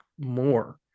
more